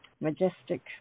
majestic